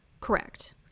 Correct